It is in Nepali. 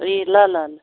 ए ल ल ल